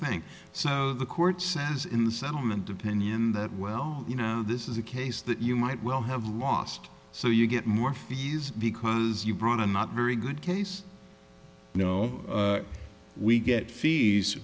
thing so the court says in the settlement of penny and that well you know this is a case that you might well have lost so you get more fees because you brought a not very good case you know we get fees